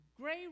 gray